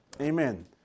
Amen